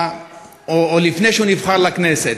לפני שהוא נבחר לכנסת.